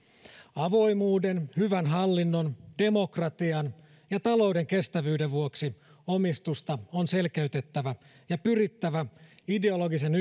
avoimuuden hyvän hallinnon demokratian ja talouden kestävyyden vuoksi omistusta on selkeytettävä ja pyrittävä ideologisen